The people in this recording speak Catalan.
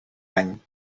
any